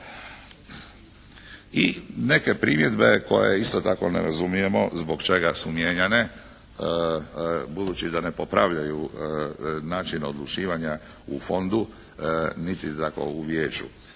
I neke primjedbe koje isto tako ne razumijemo zbog čega su mijenjane budući da ne popravljaju način odlučivanja u Fondu niti u Vijeću.